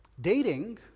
Dating